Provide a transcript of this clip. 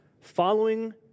following